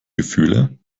gefühle